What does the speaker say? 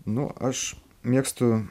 nu aš mėgstu